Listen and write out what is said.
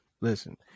Listen